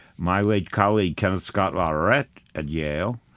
my late colleague kevin scott ah areck at yale,